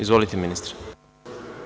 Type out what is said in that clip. Izvolite ministre.